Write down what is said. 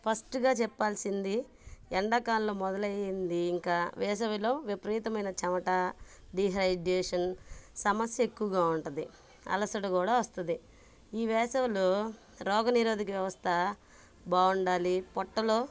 ఫస్ట్గా చెప్పాల్సింది ఎండాకాలం మొదలైంది ఇంకా వేసవిలో విపరీతమైన చమట డీహైడ్రేషన్ సమస్య ఎక్కువగా ఉంటుంది అలసట కూడా వస్తుంది ఈ వేసవిలో రోగనిరోధక వ్యవస్థ బాగుండాలి పొట్టలో